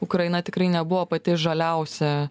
ukraina tikrai nebuvo pati žaliausia